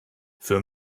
für